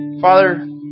Father